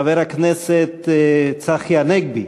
חבר הכנסת צחי הנגבי.